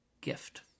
gift